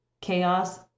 Chaos